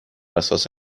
اساس